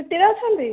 ଛୁଟିରେ ଅଛନ୍ତି